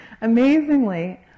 Amazingly